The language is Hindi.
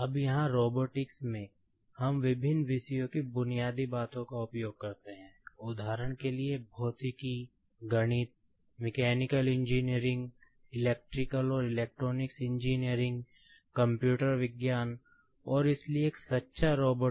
अब यहां रोबोटिक्स